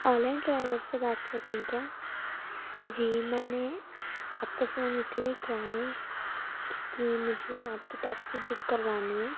اولا driver سے بات کر رہی ہوں کیا جی میں نے آپ کو فون اس لیے کیا ہے کہ مجھے آپ کی ٹیکسی بک کروانی ہے